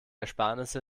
ersparnisse